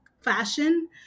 fashion